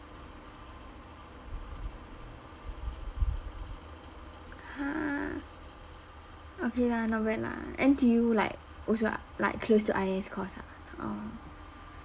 !huh! okay lah no bad lah N_T_U like also like close to I_S course ah orh